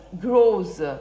grows